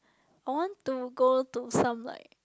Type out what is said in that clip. I want to go to some like